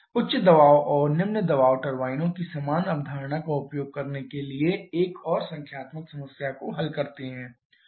उच्च दबाव और निम्न दबाव टर्बाइनों की समान अवधारणा का उपयोग करने के लिए एक और संख्यात्मक समस्या को हल करते हैं